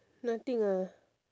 nothing ah